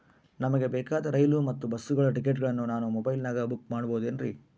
ನಮಗೆ ಬೇಕಾದ ರೈಲು ಮತ್ತ ಬಸ್ಸುಗಳ ಟಿಕೆಟುಗಳನ್ನ ನಾನು ಮೊಬೈಲಿನಾಗ ಬುಕ್ ಮಾಡಬಹುದೇನ್ರಿ?